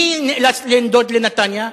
מי נאלץ לנדוד לנתניה?